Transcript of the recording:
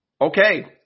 okay